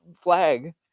flag